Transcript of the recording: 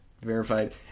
verified